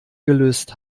gelöst